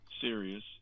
serious